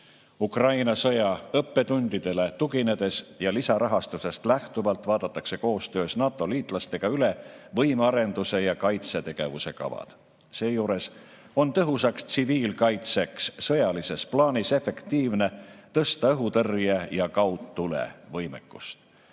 Ukraina sõja õppetundidele tuginedes ja lisarahastusest lähtuvalt vaadatakse koostöös NATO-liitlastega üle võimearenduse ja kaitsetegevuse kavad. Seejuures on tõhusaks tsiviilkaitseks sõjalises plaanis efektiivne tõsta õhutõrje‑ ja kaudtulevõimet. Meil